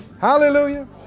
Hallelujah